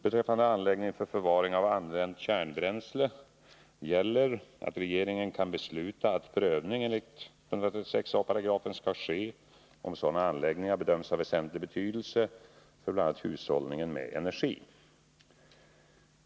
Beträffande anläggningar för förvaring av använt kärnbränsle gäller att regeringen kan besluta att prövning enligt 136 a § skall ske, om sådana anläggningar bedöms ha väsentlig betydelse för bl.a. hushållningen med energi.